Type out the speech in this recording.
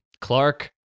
Clark